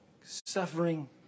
suffering